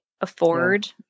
afford